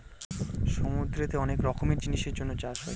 সমুদ্রতে অনেক রকমের জিনিসের জন্য চাষ হয়